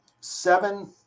seven